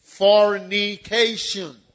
fornication